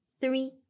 three